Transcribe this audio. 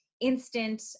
instant